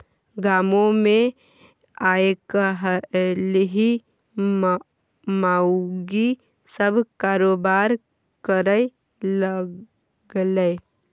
गामोमे आयकाल्हि माउगी सभ कारोबार करय लागलै